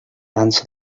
dansa